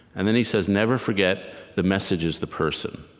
and then he says, never forget the message is the person.